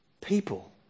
people